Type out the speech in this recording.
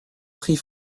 prit